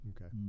okay